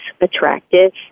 attractive